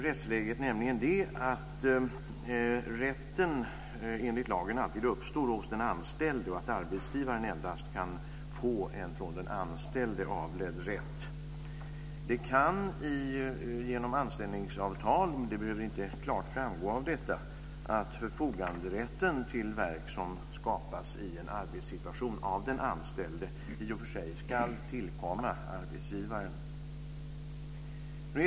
Rättsläget är det att rätten enligt lagen alltid uppstår hos den anställde och att arbetsgivaren endast kan få en från den anställde avledd rätt. Det kan ske genom anställningsavtal. Det behöver inte klart framgå av detta att förfoganderätten till verk som skapas i en arbetssituation av den anställde ska tillkomma arbetsgivaren.